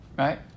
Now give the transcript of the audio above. Right